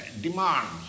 demands